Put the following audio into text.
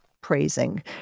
praising